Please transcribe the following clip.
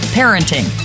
parenting